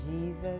Jesus